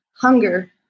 hunger